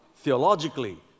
Theologically